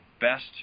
best